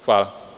Hvala.